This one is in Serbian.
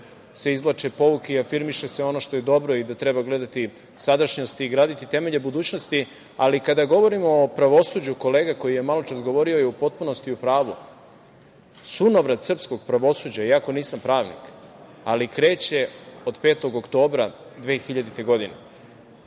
se izvlače pouke i afirmiše se ono što je dobro i da treba gledati sadašnjost i graditi temelje budućnosti. Ali kada govorimo o pravosuđu, kolega koji je maločas govorio je u potpunosti u pravu. Sunovrat srpskog pravosuđa, iako nisam pravnik, kreće od 5. oktobra 2000. godine.